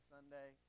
Sunday